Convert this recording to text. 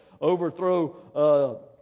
overthrow